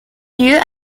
lieu